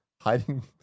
hiding